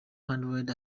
hundred